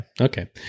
Okay